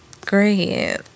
great